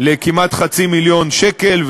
לכמעט חצי מיליון שקל,